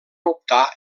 optar